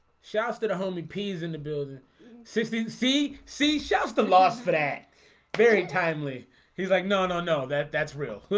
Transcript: shouts to the homey peas in the building sixteen si si chefs the loss for that very timely he's like no, no, no that that's real